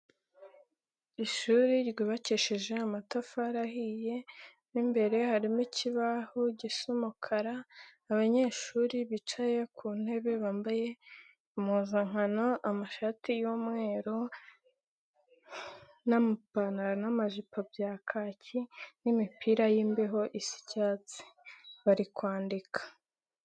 Ishuri ryubakisheje amatafari ahiye, mo imbere harimo ikibaho gisa umukara, abanyeshuri bicaye ku ntebe bambaye impuzankano amashati y'umweru n'amapantaro n'amajipo bya kaki n'imipira y'imbeho isa icyatsi bari kwandika.